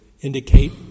indicate